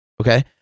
Okay